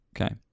Okay